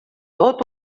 tot